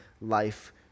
life